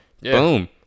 Boom